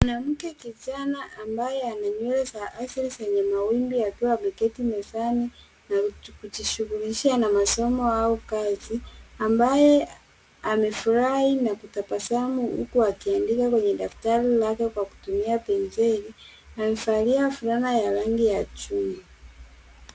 Mwanamke kijana ambaye ana nywele za afya zenye mawimbi, akiwa ameketi mezani na kujishughulisha na masomo au kazi; ambaye amefurahi na kutabasamu huku akiandika kwenye daftari lake kwa kutumia penseli. Amevalia fulana ya rangi ya chungwa.